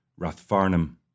Rathfarnham